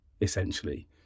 Essentially